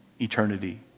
eternity